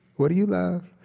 what do you love?